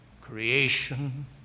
Creation